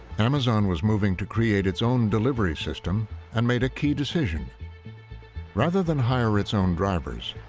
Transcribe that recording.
amazon was moving to create its own delivery system and made a key decision rather than hire its own drivers,